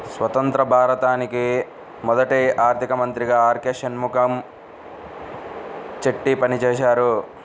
స్వతంత్య్ర భారతానికి మొదటి ఆర్థిక మంత్రిగా ఆర్.కె షణ్ముగం చెట్టి పనిచేసారు